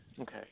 Okay